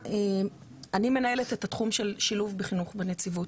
אני מנהלת את התחום של שילוב בחינוך, בנציבות,